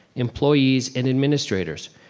employees and administrators,